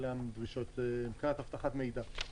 אלה הדרישות מבחינת אבטחת מידע.